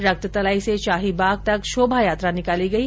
रक्त तलाई से शाही बाग तक शोभायात्रा निकाली गई